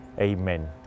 Amen